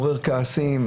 מעורר כעסים,